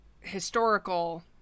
historical